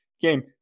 game